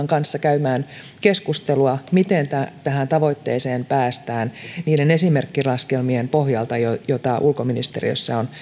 kanssa käymään keskustelua miten tähän tähän tavoitteeseen päästään niiden esimerkkilaskelmien pohjalta joita ulkoministeriössä